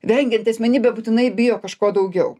vengianti asmenybė būtinai bijo kažko daugiau